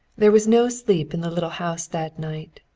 there was no sleep in the little house that night.